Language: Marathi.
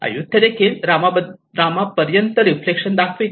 अय्युथय़ा देखील रामा पर्यंत रिफ्लेक्शन दाखविते